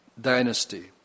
dynasty